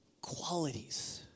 qualities